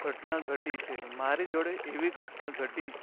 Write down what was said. ઘટના ઘટી છે મારી જોડે એવી ઘટના ઘટી